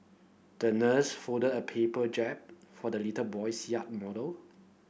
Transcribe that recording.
the nurse folded a paper jib for the little boy's yacht model